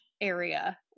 area